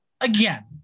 Again